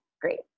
great